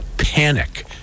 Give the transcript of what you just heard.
Panic